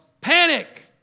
panic